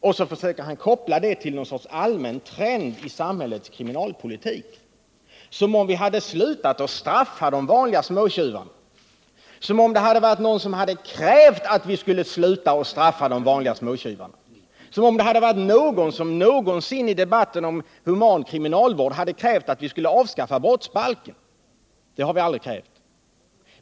Och så försöker han koppla det till något slags allmän trend i samhällets kriminalpolitik, som om vi hade slutat att straffa de vanliga småtjuvarna, som om det hade varit någon som hade krävt att vi skulle sluta att straffa de vanliga småtjuvarna, som om det hade varit någon som någonsin i debatten om human kriminalvård hade krävt att vi skulle avskaffa brottsbalken. Det har vi aldrig krävt.